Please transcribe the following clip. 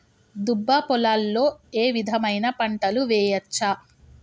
దుబ్బ పొలాల్లో ఏ విధమైన పంటలు వేయచ్చా?